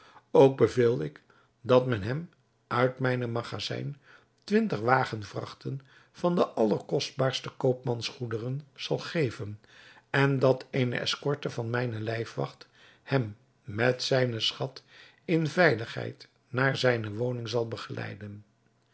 ook beveel ik dat men hem uit mijne magazijnen twintig wagenvrachten van de allerkostbaarste koopmansgoederen zal geven en dat eene eskorte van mijne lijfwacht hem met zijnen schat in veiligheid naar zijne woning zal